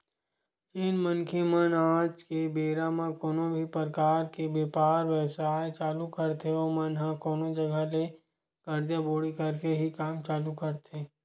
जेन मनखे मन आज के बेरा म कोनो भी परकार के बेपार बेवसाय चालू करथे ओमन ह कोनो जघा ले करजा बोड़ी करके ही काम चालू करथे